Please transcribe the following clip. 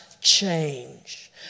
change